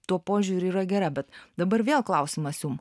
tuo požiūriu yra gera bet dabar vėl klausimas jum